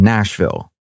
Nashville